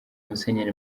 musenyeri